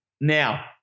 Now